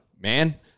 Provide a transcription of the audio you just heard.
man